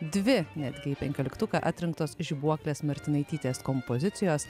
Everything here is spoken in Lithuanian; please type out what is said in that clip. dvi netgi į penkioliktuką atrinktos žibuoklės martinaitytės kompozicijos